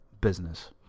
business